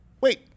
wait